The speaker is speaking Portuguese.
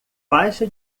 faixa